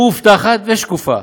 מאובטחת ושקופה.